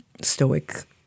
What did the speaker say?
stoic